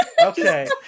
Okay